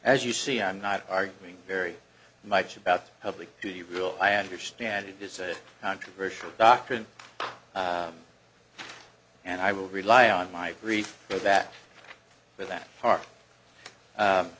as you see i'm not arguing very much about public to you rule i understand it is a controversial doctrine and i will rely on my brief for that with that par